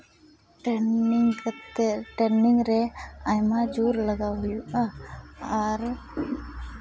training ᱠᱟᱛᱮᱫ training ᱨᱮ ᱟᱭᱢᱟ ᱡᱳᱨ ᱞᱟᱜᱟᱣ ᱦᱩᱭᱩᱜᱼᱟ ᱟᱨ